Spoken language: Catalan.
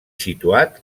situat